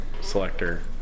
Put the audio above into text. selector